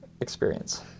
experience